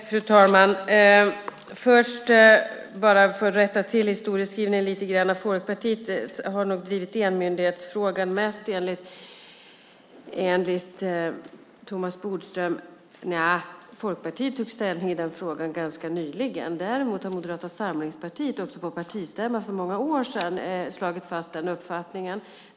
Fru talman! Jag ska först rätta till historieskrivningen lite grann. Folkpartiet har nog drivit enmyndighetsfrågan mest enligt Thomas Bodström. Folkpartiet tog ställning i den frågan ganska nyligen. Däremot har Moderata samlingspartiet också på en partistämma för många år sedan slagit fast den uppfattningen.